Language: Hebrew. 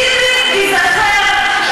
ביבי ייזכר על מה?